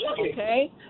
Okay